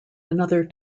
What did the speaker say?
another